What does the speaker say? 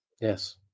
Yes